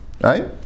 right